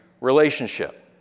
relationship